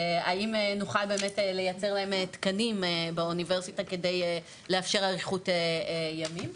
האם נוכל באמת לייצר להם תקנים באוניברסיטה כדי לאפשר אריכות ימים?